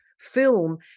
film